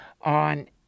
on